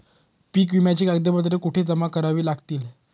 पीक विम्याची कागदपत्रे कुठे जमा करावी लागतील?